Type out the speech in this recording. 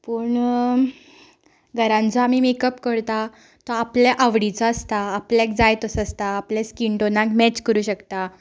पूण घरांत जो आमी मेकअप करतात तो आपल्या आवडीचो आसता आपल्याक जाय तसो आसता आपल्या स्कीन टोनाक मॅच करूंक शकता